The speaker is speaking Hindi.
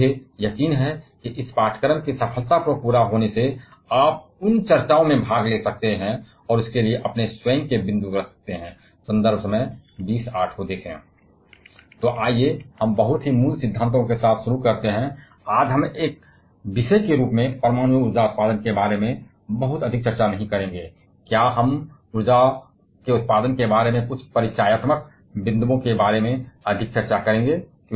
और मुझे यकीन है कि इस पाठ्यक्रम के सफलतापूर्वक पूरा होने से आप उन चर्चाओं में भाग ले सकते हैं और इसके लिए अपने स्वयं के बिंदु रख सकते हैं आज हम एक विषय के रूप में परमाणु ऊर्जा उत्पादन के बारे में बहुत अधिक चर्चा नहीं करेंगे क्या हम कुछ परिचयात्मक बिंदुओं के बारे में अधिक चर्चा कर रहे हैं कैसे ऊर्जा का उत्पादन किया जाता है